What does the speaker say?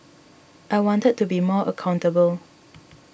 I wanted to be more accountable